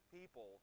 people